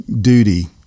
duty